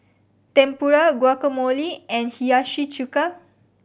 Tempura Guacamole and Hiyashi Chuka